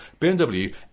BMW